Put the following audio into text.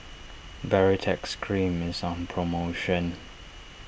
Baritex Cream is on promotion